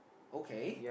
okay